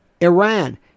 Iran